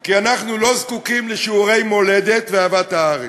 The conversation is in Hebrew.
כי אנחנו לא זקוקים לשיעורי מולדת ואהבת הארץ.